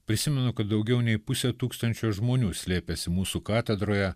prisimenu kad daugiau nei pusė tūkstančio žmonių slėpėsi mūsų katedroje